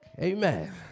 Amen